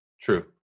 True